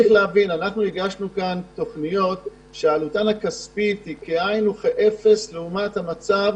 אנחנו הגשנו תוכניות שעלותן הכספית היא כאין וכאפס לעומת המצב